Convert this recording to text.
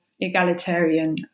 egalitarian